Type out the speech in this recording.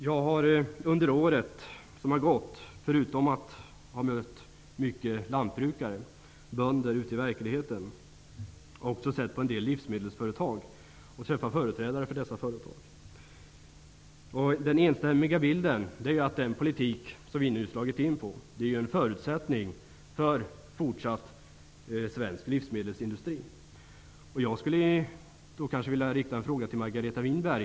Jag har under det år som gått, förutom att ha mött många bönder ute i verkligheten, också besökt många livmedelsföretag och träffat företrädare för dessa företag. Den entydiga bilden är att den politik som vi nu slagit in på är en förutsättning för fortsatt svensk livsmedelsindustri. Jag vill ställa en fråga till Margareta Winberg.